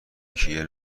کیه